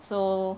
so